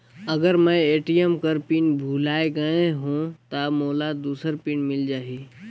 अगर मैं ए.टी.एम कर पिन भुलाये गये हो ता मोला दूसर पिन मिल जाही?